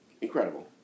incredible